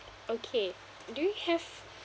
okay do you have